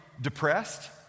depressed